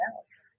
else